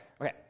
okay